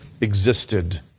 existed